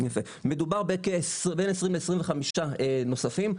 מדובר בין 20 ל-25 נוספים,